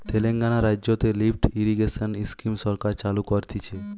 তেলেঙ্গানা রাজ্যতে lift irrigation scheme সরকার চালু করতিছে